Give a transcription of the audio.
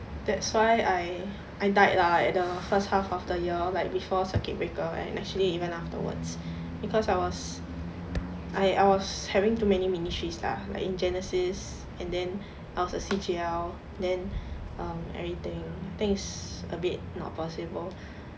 that's why I I died lah at the first half of the year like before circuit breaker and actually even afterwards because I was I was having too many ministries stuff like in genesis and then I was in C_G_L then everything I think is a bit not possible